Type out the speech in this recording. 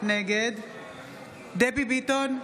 נגד דבי ביטון,